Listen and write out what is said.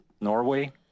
norway